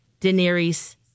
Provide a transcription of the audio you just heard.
Daenerys